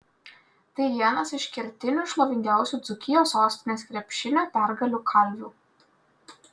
tai vienas iš kertinių šlovingiausių dzūkijos sostinės krepšinio pergalių kalvių